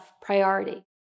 priority